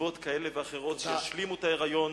מסיבות כאלה ואחרות, שישלימו את ההיריון